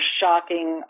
shocking